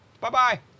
Bye-bye